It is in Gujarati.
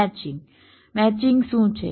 મેચિંગ મેચિંગ શું છે